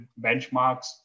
benchmarks